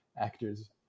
actors